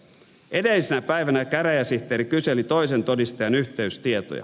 edellisenä päivänä käräjäsihteeri kyseli toisen todistajan yhteystietoja